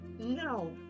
No